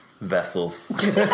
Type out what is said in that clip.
vessels